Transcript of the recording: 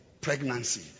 pregnancy